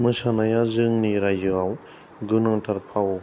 मोसानाया जोंनि रायजोआव गोनांथार फाव